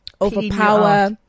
overpower